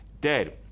dead